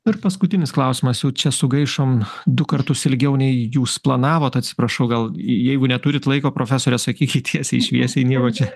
ir paskutinis klausimas jau čia sugaišom du kartus ilgiau nei jūs planavot atsiprašau gal jeigu neturite laiko profesore sakykit tiesiai šviesiai nieko čia